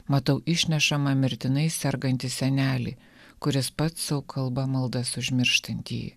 matau išnešamą mirtinai sergantį senelį kuris pats sau kalba maldas už mirštantį